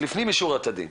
לפנים משורת הדין